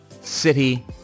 city